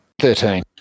Thirteen